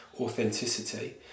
authenticity